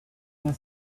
ask